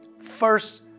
first